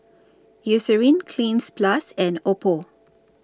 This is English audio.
Eucerin Cleanz Plus and Oppo